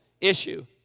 issue